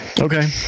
Okay